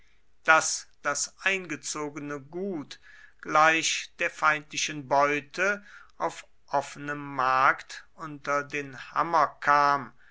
daß das eingezogene gut gleich der feindlichen beute auf offenem markt unter den hammer kam